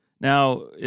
Now